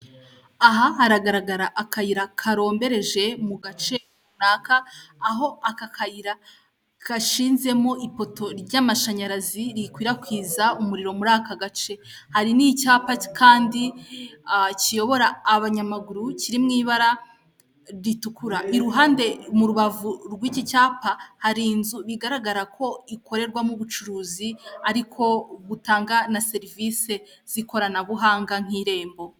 Aha haragaragara akayira karambereje mu gace runaka aho aka kayira gashinzemo ipoto ry'amashanyarazi rikwirakwiza umuriro muri aka gace hari n'icyapa kandi kiyobora abanyamaguru kiri mu ibara ritukura iruhande mu rubavu rw'iki cyapa hari inzu bigaragara ko ikorerwamo ubucuruzi ariko butanga na serivise z'ikoranabuhanga nk'irembo.